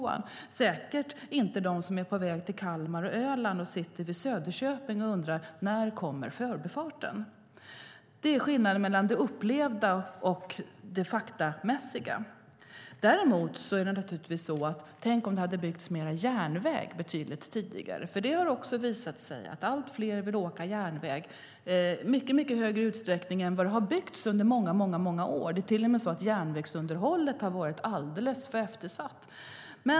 Det gäller säkert inte de som är på väg till Kalmar och Öland och sitter vid Söderköping och undrar när förbifarten ska byggas. Det är skillnaden mellan det upplevda och det faktamässiga. Tänk om det hade byggts mer järnväg betydligt tidigare. Det har också visat sig att allt fler vill åka järnväg i mycket högre utsträckning än vad det har byggts under många år. Det är till och med så att järnvägsunderhållet har varit alldeles för eftersatt.